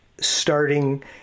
starting